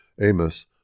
Amos